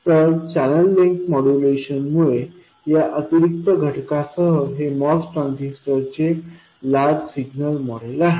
तर channel length च्या मॉड्यूलेशनमुळे या अतिरिक्त घटकासह हे MOS ट्रान्झिस्टर चे लार्ज सिग्नल मॉडेल आहे